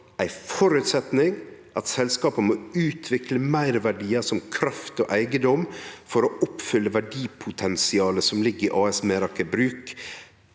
ein føresetnad er at selskapet må utvikle meirverdiar som kraft og eigedom for å oppfylle verdipotensialet som ligg i AS Meraker Brug,